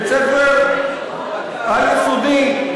בית-ספר על-יסודי,